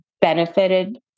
benefited